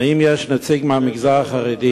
האם יש נציג מהמגזר החרדי,